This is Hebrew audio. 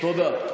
תודה.